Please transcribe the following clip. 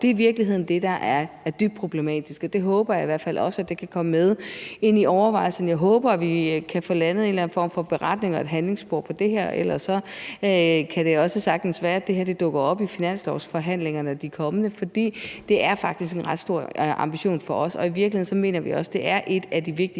Det er i virkeligheden det, der er dybt problematisk, og det håber jeg i hvert fald også kan komme med ind i overvejelserne. Jeg håber, vi kan få landet en eller anden form for beretning og et handlingsspor for det her, for ellers kan det også sagtens være, at det her dukker op i de kommende finanslovsforhandlinger. For det er faktisk en ret stor ambition for os. I virkeligheden mener vi også, at det er et af de vigtige